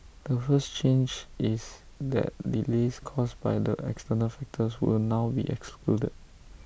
the first change is that delays caused by the external factors will now be excluded